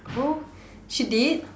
she did